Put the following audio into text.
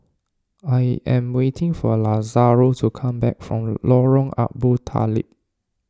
I am waiting for Lazaro to come back from Lorong Abu Talib